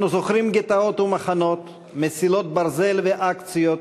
אנו זוכרים גטאות ומחנות, מסילות ברזל ואקציות,